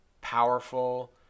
powerful